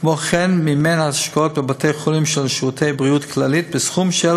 כמו כן הוא מימן השקעות בבתי-חולים של "שירותי בריאות כללית" בסכום של